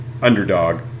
underdog